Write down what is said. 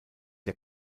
der